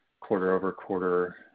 quarter-over-quarter